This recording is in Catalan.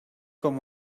com